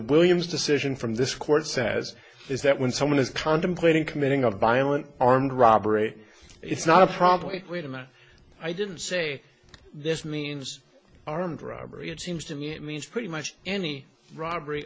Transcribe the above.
williams decision from this court says is that when someone is contemplating committing a violent armed robbery it's not a problem equating that i didn't say this means armed robbery it seems to me it means pretty much any robbery